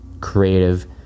creative